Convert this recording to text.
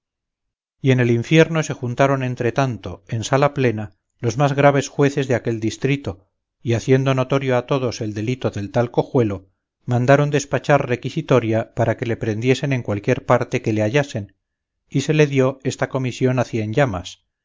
y en el infierno se juntaron entre tanto en sala plena los más graves jueces de aquel distrito y haciendo notorio a todos el delito del tal cojuelo mandaron despachar requisitoria para que le prendiesen en cualquier parte que le hallasen y se le dió esta comisión a